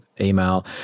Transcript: email